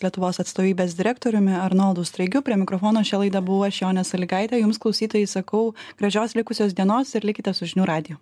lietuvos atstovybės direktoriumi arnoldu straigiu prie mikrofono šią laidą buvau aš jonė sąlygaitė jums klausytojai sakau gražios likusios dienos ir likite su žinių radiju